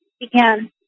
began